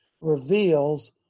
reveals